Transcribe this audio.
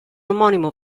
omonimo